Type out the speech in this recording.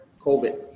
COVID